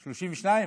32?